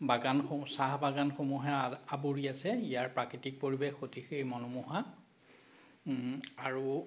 বাগানসমূহ চাহ বাগানসমূহে আগ আৱৰি আছে ইয়াৰ প্ৰাকৃতিক পৰিৱেশ অতিকেই মনোমোহা আৰু